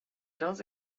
does